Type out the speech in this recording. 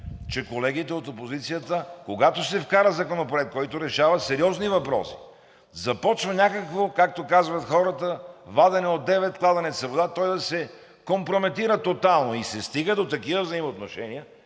че колегите от опозицията, когато се вкара законопроект, който решава сериозни въпроси, започва някакво, както казват хората, вадене от девет кладенеца вода, той да се компрометира тотално. И се стига до такива взаимоотношения,